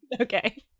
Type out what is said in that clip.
Okay